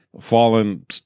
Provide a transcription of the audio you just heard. fallen